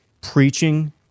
preaching